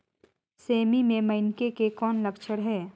सेमी मे मईनी के कौन लक्षण हे?